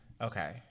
Okay